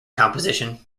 composition